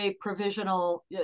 provisional